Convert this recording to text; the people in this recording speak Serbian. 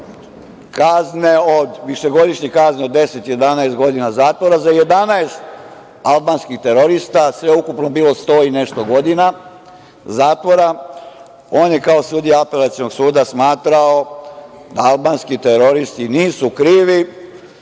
višegodišnje kazne od 10, 11, godina zatvora za 11 albanskih terorista, sve ukupno je bilo 100 i nešto godina zatvora. On je kao sudija Apelacionog suda smatrao da albanski teroristi nisu krivi